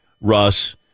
Russ